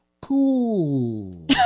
cool